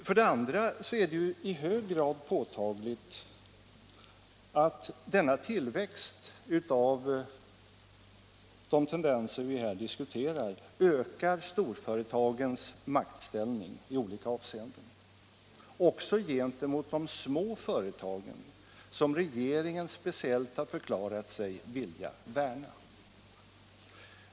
För det andra är det i hög grad påtagligt att denna tillväxt av de tendenser vi här diskuterar ökar storföretagens maktställning i olika avseenden — också gentemot de små företagen, som regeringen speciellt har förklarat sig vilja värna.